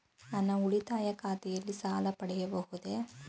ನನ್ನ ಉಳಿತಾಯ ಖಾತೆಯಲ್ಲಿ ಸಾಲ ಪಡೆಯಬಹುದೇ?